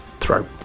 throw